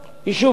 יישובים